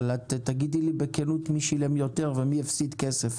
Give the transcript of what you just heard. אבל תגידי לי בכנות מי שילם יותר ומי הפסיד כסף.